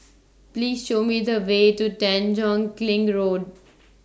Please Show Me The Way to Tanjong Kling Road